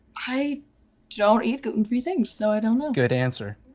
i don't eat gluten-free things so i don't know. good answer.